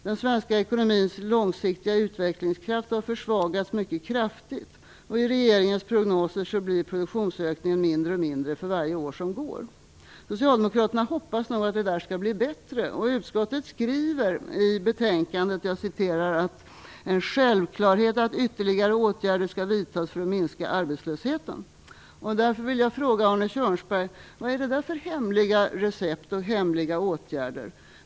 Den svenska ekonomins långsiktiga utvecklingskraft har försvagats mycket kraftigt, och i regeringens prognoser blir produktionsökningen mindre och mindre för varje år som går. Socialdemokraterna hoppas nu att det skall bli bättre. Utskottet skriver i betänkandet att det är en "självklarhet att ytterligare åtgärder skall vidtas för att minska arbetslösheten". Jag vill fråga Arne Kjörnsberg: Vad är det där för hemliga recept och hemliga åtgärder?